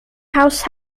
house